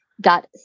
dot